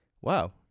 wow